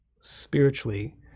Spiritually